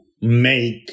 make